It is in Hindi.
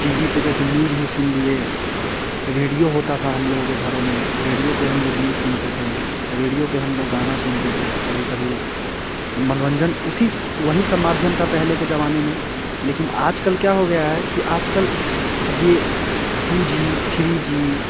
टी वी पर जैसे न्यूज ही सुन लिए रेडियो होता था हम लोगों के घरों में रेडियो पर हम लोग न्यूज सुनते थे रेडियो पर हम लोग गाना सुनते थे कभी कभी मनोरंजन उसी वही सब माध्यम था पहले के ज़माने में लेकिन आज कल क्या हो गया है कि आज कल ये टू जी थ्री जी